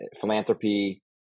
philanthropy